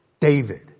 David